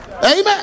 amen